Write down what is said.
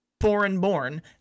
foreign-born